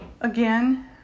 again